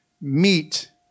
meet